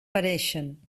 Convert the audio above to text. pareixen